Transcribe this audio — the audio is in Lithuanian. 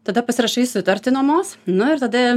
tada pasirašai sutartį nuomos nu ir tada